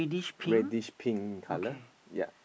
reddish pink in colour ya